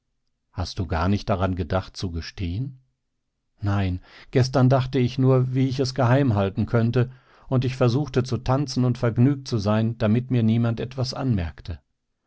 hast du gar nicht daran gedacht zu gestehen nein gestern dachte ich nur wie ich es geheimhalten könnte und ich versuchte zu tanzen und vergnügt zu sein damit mir niemand etwas anmerkte